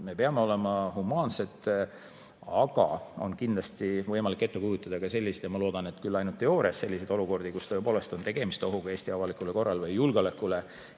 me peame olema humaansed, aga on kindlasti võimalik ette kujutada ka selliseid – ma loodan, et küll ainult teoorias – olukordi, kus tõepoolest on tegemist ohuga Eesti avalikule korrale ja julgeolekule.